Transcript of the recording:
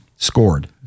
Scored